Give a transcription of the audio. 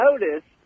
notice